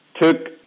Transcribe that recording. took